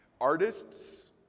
Artists